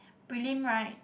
prelim right